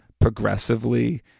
Progressively